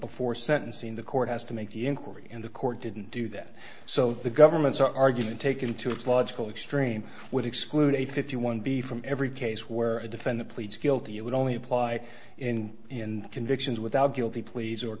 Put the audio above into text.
before sentencing the court has to make the inquiry and the court didn't do that so the government's argument taken to its logical extreme would exclude a fifty one b from every case where a defendant pleads guilty it would only apply in convictions without guilty pleas or